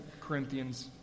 Corinthians